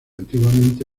antiguamente